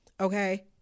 okay